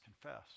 confess